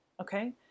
okay